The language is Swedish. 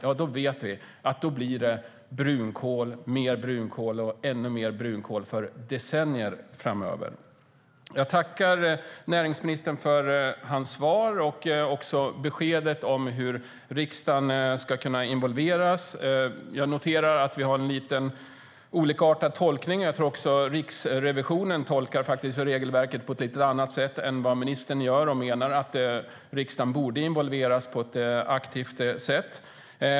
Om vi säljer verksamheten vidare vet vi att då blir det brunkol, mer brunkol och ännu mer brunkol i decennier framöver. Jag tackar näringsministern för hans svar och för beskedet hur riksdagen ska kunna involveras. Jag noterar att vi har lite olika tolkningar av det. Jag tror att även Riksrevisionen tolkar regelverket på ett lite annorlunda sätt än ministern, eftersom Riksrevisionen anser att riksdagen borde involveras på ett aktivt sätt.